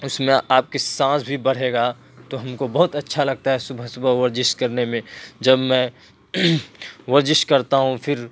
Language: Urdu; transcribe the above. اس میں آپ کی سانس بھی بڑھے گا تو ہم کو بہت اچھا لگتا ہے صبح صبح ورزش کرنے میں جب میں ورزش کرتا ہوں پھر